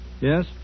yes